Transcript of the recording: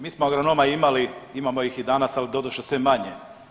Mi smo agronoma imali, imamo ih i danas ali doduše sve manje.